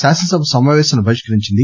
శాసనసభ సమాపేశాలను బహిష్కరించింది